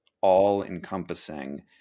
all-encompassing